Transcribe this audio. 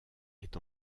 est